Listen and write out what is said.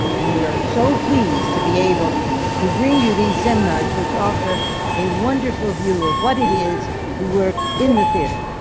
and we are so pleased to be able to bring you these seminars, which offer a wonderful view of what it is to work in the theatre,